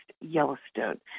Yellowstone